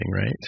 Right